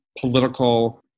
political